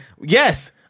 Yes